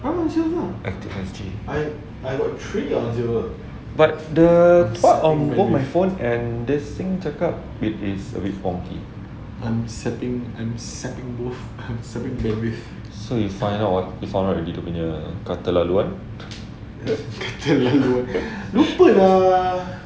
active S_G but the thought on both my phone and jia xin cakap it is a bit faulty so you find out you find already dia punya kata laluan